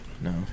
No